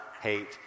hate